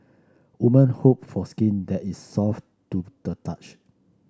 women hope for skin that is soft to the touch